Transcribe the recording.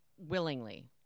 Willingly